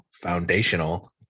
foundational